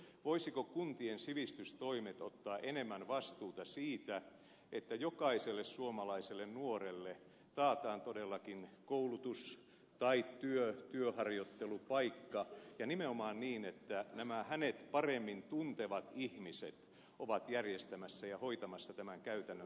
voisivatko kuntien sivistystoimet ottaa enemmän vastuuta siitä että jokaiselle suomalaiselle nuorelle taataan todellakin koulutus tai työharjoittelupaikka ja nimenomaan niin että nämä hänet paremmin tuntevat ihmiset ovat järjestämässä ja hoitamassa tämän käytännön toteutuksen